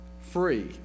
free